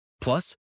Plus